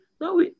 no